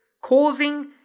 causing